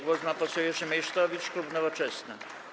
Głos ma poseł Jerzy Meysztowicz, klub Nowoczesna.